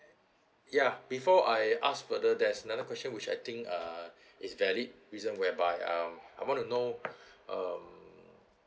yup before I ask further there's another question which I think uh it's valid reason whereby uh I wanna know uh